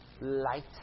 light